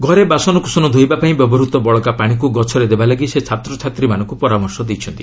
ଘରେ ବାସନକୁସନ ଧୋଇବାପାଇଁ ବ୍ୟବହୃତ ବଳକା ପାଣିକୁ ଗଛରେ ଦେବାଲାଗି ସେ ଛାତ୍ରଛାତ୍ରୀମାନଙ୍କୁ ପରାମର୍ଶ ଦେଇଛନ୍ତି